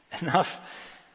enough